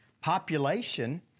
population